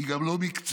היא גם לא מקצועית,